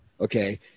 Okay